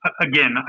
again